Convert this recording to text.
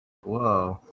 Whoa